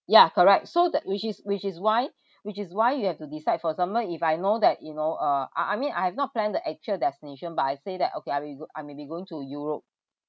ya correct so that which is which is why which is why you have to decide for example if I know that you know uh I I mean I have not planned the actual destination but I say that okay I maybe go~ I may be going to europe